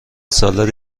سالاد